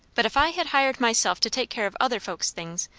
but if i had hired myself to take care of other folks' things,